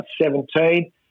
17